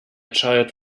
child